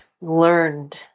learned